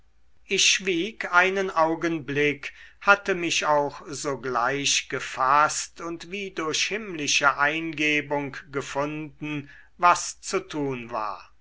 ich schwieg einen augenblick hatte mich auch sogleich gefaßt und wie durch himmlische eingebung gefunden was zu tun war